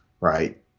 right